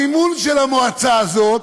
המימון של המועצה הזאת,